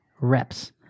reps